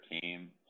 team